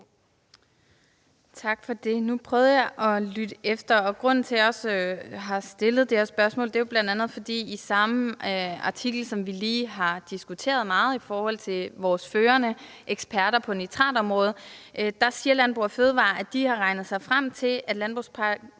Tak for det. Nu prøvede jeg at lytte efter, og grunden til, at jeg har stillet det her spørgsmål, er bl.a., at i samme artikel, som vi lige har diskuteret meget i forhold til vores førende eksperter på nitratområdet, siger Landbrug & Fødevarer, at de har regnet sig frem til, at fødevare-